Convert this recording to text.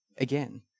Again